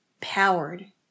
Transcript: powered